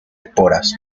esporas